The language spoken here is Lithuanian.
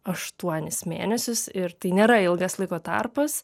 aštuonis mėnesius ir tai nėra ilgas laiko tarpas